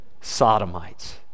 Sodomites